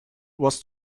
was